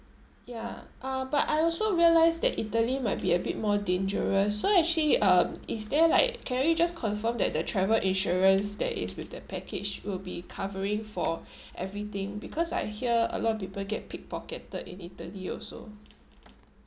ya uh but I also realise that italy might be a bit more dangerous so actually uh is there like can we just confirm that the travel insurance that is with the package would be covering for everything because I hear a lot of people get pickpocketed in italy also